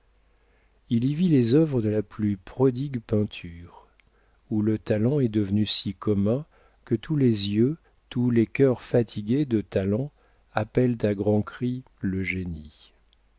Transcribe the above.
il y vit les œuvres de la plus prodigue peinture celle de l'école française aujourd'hui héritière de l'italie de l'espagne et des flandres où le talent est devenu si commun que tous les yeux tous les cœurs fatigués de talent appellent à grands cris le génie